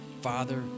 Father